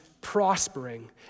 prospering